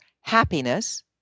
happiness